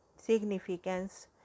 significance